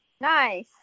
Nice